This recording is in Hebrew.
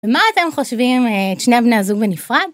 ומה אתם חושבים, שני בני הזוג בנפרד?